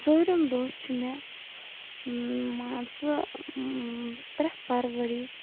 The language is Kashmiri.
ژوٗرِم دۄہ چھُ مےٚ مان ژٕ ترٛےٚ فَروَری